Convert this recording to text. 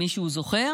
אם מישהו זוכר: